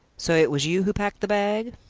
so it was you who packed the bag?